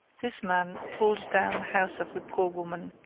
this man pulled down the house of the poor woman,